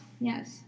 yes